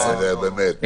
באמת.